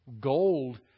gold